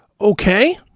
Okay